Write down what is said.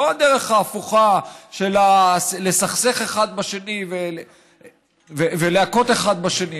לא הדרך ההפוכה של לסכסך אחד בשני ולהכות אחד בשני.